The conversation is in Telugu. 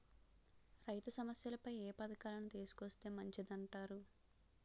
రైతు సమస్యలపై ఏ పథకాలను తీసుకొస్తే మంచిదంటారు?